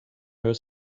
her